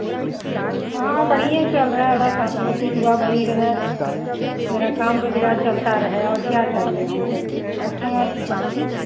हाँ हाँ बढ़ियें चल रहा है बस आप लोग की दुआ बनी रहे मेरा काम रोज़गार चलता रहे और क्या चाहिए हमको कस्टमर